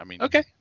Okay